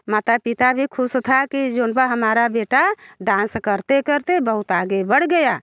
माता पिता भी ख़ुश थे कि जौन बा हमारा बेटा डांस करते करते बहुत आगे बढ़ गया